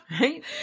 Right